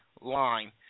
line